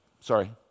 Sorry